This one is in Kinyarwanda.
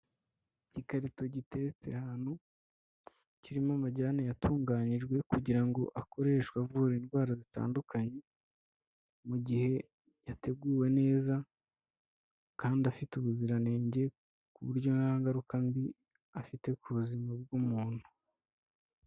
Igikarito giteretse ahantu, kirimo amajyane yatunganyijwe kugira ngo akoreshwe avura indwara zitandukanye, mu gihe yateguwe neza kandi afite ubuziranenge ku buryo nta ngaruka mbi afite ku buzima bw'umuntu.